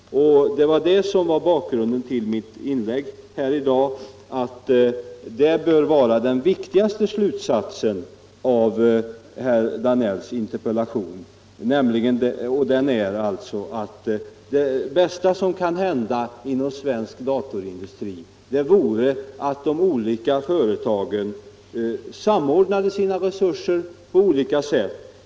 Det var bakgrunden till mitt inlägg här i dag. Och den viktigaste slutsatsen av herr Danells interpellation är alltså att det bästa som kunde hända inom svensk datorindustri vore att företagen samordnade sina resurser på olika sätt.